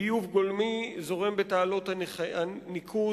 ביוב גולמי זורם בתעלות הניקוז,